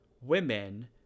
women